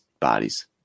bodies